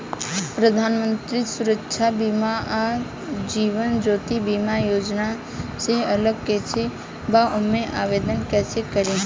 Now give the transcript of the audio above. प्रधानमंत्री सुरक्षा बीमा आ जीवन ज्योति बीमा योजना से अलग कईसे बा ओमे आवदेन कईसे करी?